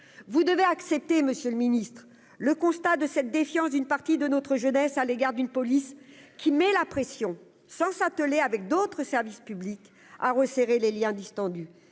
vous devez accepter, Monsieur le Ministre, le constat de cette défiance d'une partie de notre jeunesse à l'égard d'une police qui met la pression, sans s'atteler avec d'autres services publics à resserrer les Liens distendus,